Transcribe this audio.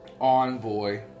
envoy